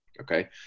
Okay